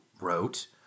wrote